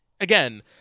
again